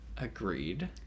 agreed